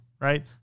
Right